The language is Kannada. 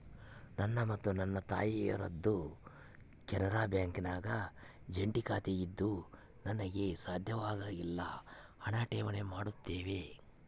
ನನ್ನ ಮತ್ತು ನನ್ನ ತಾಯಿಯವರದ್ದು ಕೆನರಾ ಬ್ಯಾಂಕಿನಾಗ ಜಂಟಿ ಖಾತೆಯಿದ್ದು ನಮಗೆ ಸಾಧ್ಯವಾದಾಗೆಲ್ಲ ಹಣ ಠೇವಣಿ ಮಾಡುತ್ತೇವೆ